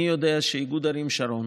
אני יודע שאיגוד ערים שרון